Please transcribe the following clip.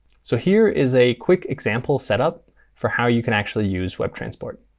so here is a quick example setup for how you can actually use webtransport.